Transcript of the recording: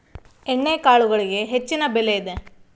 ಎಣ್ಣಿಕಾಳುಗಳಿಗೆ ಹೆಚ್ಚಿನ ಬೆಲೆ ಇದೆ